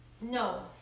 No